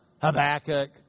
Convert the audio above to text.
Habakkuk